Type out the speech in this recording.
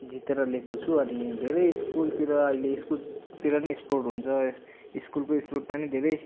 जितेर ल्याएको छु अनि धेरै स्कुलतिर अहिले स्कुलतिर पनि स्पोर्ट हुन्छ स्कुलको स्पोर्टमा पनि धेरै